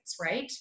right